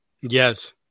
Yes